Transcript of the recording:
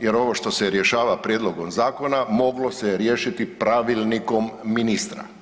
jer ovo što se rješava prijedlogom zakona moglo se je riješiti Pravilnikom ministra.